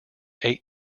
eight